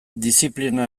diziplina